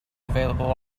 available